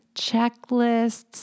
Checklists